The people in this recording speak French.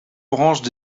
branches